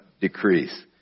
decrease